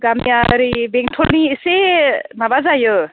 गामिआ ओरै बेंतलनि एसे माबा जायो